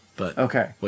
Okay